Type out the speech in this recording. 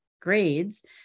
grades